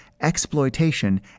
exploitation